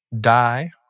die